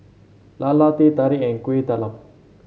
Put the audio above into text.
lala Teh Tarik and Kueh Talam